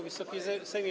Wysoki Sejmie!